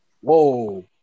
Whoa